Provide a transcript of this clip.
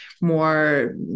more